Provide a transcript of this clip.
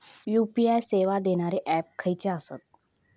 UPI सेवा देणारे app खयचे आसत?